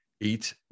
Eight